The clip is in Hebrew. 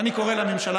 ואני קורא לממשלה: